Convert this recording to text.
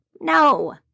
No